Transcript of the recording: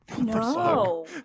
no